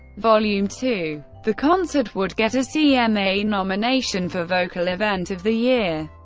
vol. yeah um two. the concert would get a cma nomination for vocal event of the year.